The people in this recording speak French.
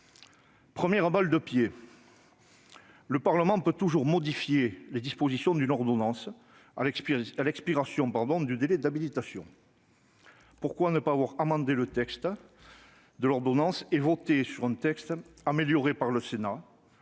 Première balle dans le pied : le Parlement peut toujours modifier les dispositions d'une ordonnance à l'expiration du délai d'habilitation. Pourquoi ne pas avoir amendé le texte de l'ordonnance et voté sur un texte amélioré par le Sénat,